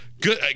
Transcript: good